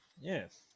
yes